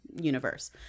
universe